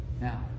Now